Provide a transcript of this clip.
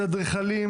של אדריכלים,